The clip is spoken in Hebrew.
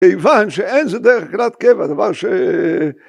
כיוון שאין זה דרך אכילת קבע, דבר ש...